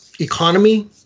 economy